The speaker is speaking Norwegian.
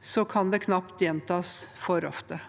og det kan knapt gjentas for ofte